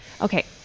okay